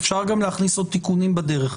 אפשר גם להכניס עוד תיקונים בדרך.